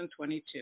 2022